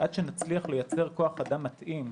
ייקח עוד זמן עד שנצליח לייצר כוח אדם מתאים.